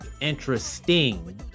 interesting